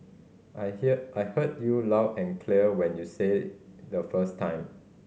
I hear I heard you loud and clear when you said the first time